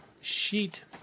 Sheet